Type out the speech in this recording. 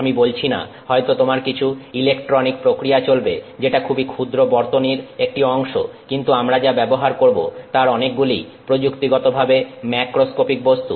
আমি বলছি না হয়তো তোমার কিছু ইলেকট্রনিক প্রক্রিয়া চলবে যেটা খুবই ক্ষুদ্র একটি বর্তনীর অংশ কিন্তু আমরা যা ব্যবহার করব তার অনেকগুলিই প্রযুক্তিগতভাবে ম্যাক্রোস্কোপিক বস্তু